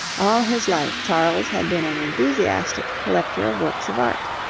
all his life charles had been an enthusiastic collector of works of art.